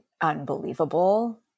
unbelievable